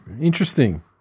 Interesting